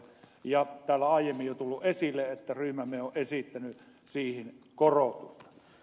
täällä on aiemmin jo tullut esille että ryhmämme on esittänyt siihen korotusta